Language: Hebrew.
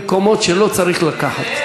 שלוקחת אותנו למקומות שלא צריך לקחת.